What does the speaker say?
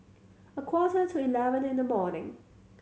a quarter to eleven in the morning